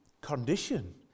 condition